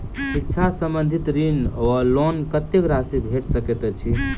शिक्षा संबंधित ऋण वा लोन कत्तेक राशि भेट सकैत अछि?